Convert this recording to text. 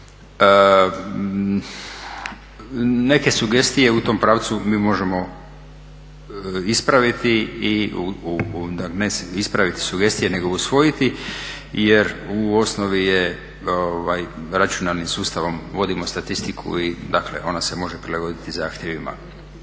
Neke sugestije u tom pravcu mi možemo ispraviti, ne ispraviti sugestije nego usvojiti jer u osnovi je računarnim sustavom vodimo statistiku i dakle, ona se može prilagoditi zahtjevima.